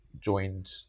joined